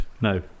No